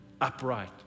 upright